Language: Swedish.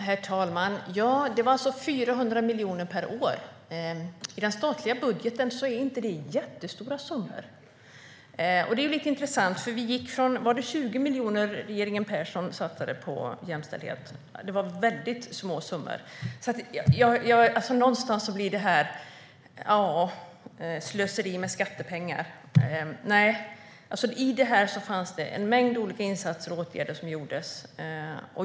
Herr talman! Det var 400 miljoner per år. I den statliga budgeten är inte det jättestora summor. Det är lite intressant. Vi gick från 20 miljoner, tror jag det var, som regeringen Persson satsade på jämställdhet. Det var väldigt små summor. Någonstans blir det slöseri med skattepengar. I detta fanns det en mängd olika insatser och åtgärder som gjordes.